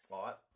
right